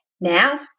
now